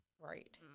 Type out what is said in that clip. right